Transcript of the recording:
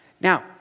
Now